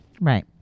Right